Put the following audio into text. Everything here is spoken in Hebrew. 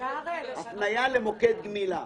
להפניה למוקד שירותי גמילה.